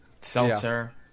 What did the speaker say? Seltzer